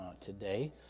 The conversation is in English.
today